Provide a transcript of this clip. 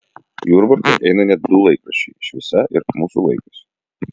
jurbarke eina net du laikraščiai šviesa ir mūsų laikas